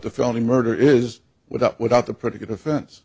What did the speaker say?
the founding murder is without without the pretty good defense